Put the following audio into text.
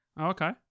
Okay